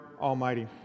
Almighty